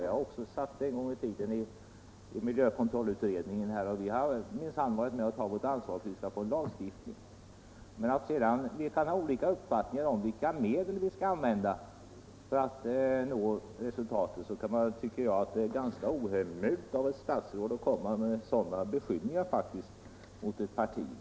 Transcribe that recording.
Jag satt en gång i tiden i miljökontrollutredningen, och jag var minsann med om att förorda en lagstiftning. Sedan kan vi ha olika uppfattningar om medlen för att nå resultat. Men jag tycker det är ganska ohemult av ett statsråd att komma med sådana beskyllningar mot ett parti som herr Lundkvist gjorde.